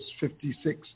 56